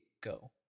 go